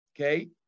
Okay